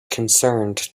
concerned